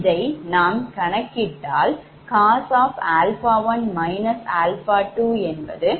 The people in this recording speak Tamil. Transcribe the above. இதை நாம் கணக்கிட்டால் cos𝛼1−𝛼2cos0∘1